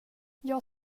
jag